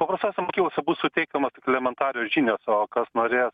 paprastose mokyklose bus suteikiamos elementarios žinios o kas norės